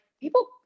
people